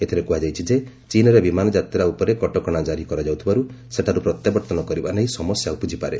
ଏଥିରେ କୃହାଯାଇଛି ଚୀନ୍ରେ ବିମାନ ଯାତ୍ରା ଉପରେ କଟକଣା ଜାରି କରାଯାଉଥିବାର୍ତ ସେଠାର୍ ପ୍ରତ୍ୟାବର୍ତ୍ତନ କରିବା ନେଇ ସମସ୍ୟା ଉପୁଜିପାରେ